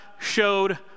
showed